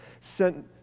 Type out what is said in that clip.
sent